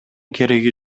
кереги